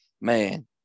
man